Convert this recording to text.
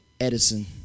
Edison